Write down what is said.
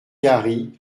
gary